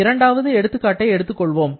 இரண்டாவது எடுத்துக்காட்டை எடுத்துக் கொள்வோம்